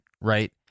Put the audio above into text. right